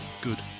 Good